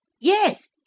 Yes